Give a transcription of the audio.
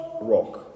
rock